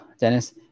Dennis